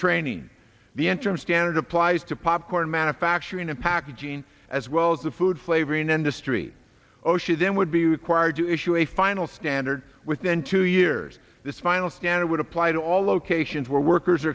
training the entrance standard applies to popcorn manufacturing and packaging as well as the food flavoring industry osha then would be required to issue a final standard within two years this final standard would apply to all locations where workers are